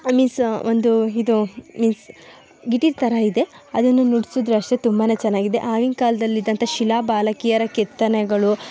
ಮೀಸ್ ಒಂದು ಇದು means guitar ಥರ ಇದೆ ಅದನ್ನು ನುಡ್ಸಿದ್ರೂ ಅಷ್ಟೆ ತುಂಬಾ ಚೆನ್ನಾಗಿದೆ ಆಗಿನ ಕಾಲದಲ್ಲಿದ್ದಂಥ ಶಿಲಾಬಾಲಕಿಯರ ಕೆತ್ತನೆಗಳು